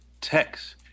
text